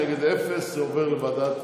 זה עובר לוועדת